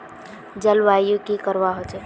जलवायु की करवा होचे?